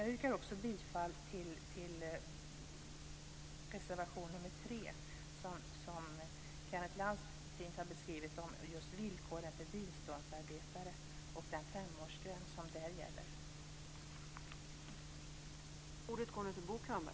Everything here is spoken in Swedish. Jag yrkar också bifall till reservation nr 3 där Kenneth Lantz fint har beskrivit villkoren för biståndsarbetare och den femårsgräns som där gäller.